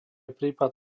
prípad